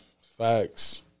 Facts